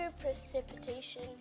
precipitation